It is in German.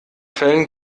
fällen